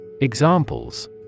Examples